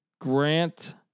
grant